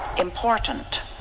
important